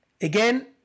again